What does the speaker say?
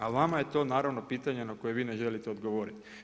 A vama je to naravno pitanje na koje vi ne želite odgovoriti.